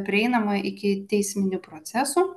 prieinama iki teisminių procesų